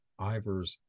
Ivers